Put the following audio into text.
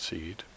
Seed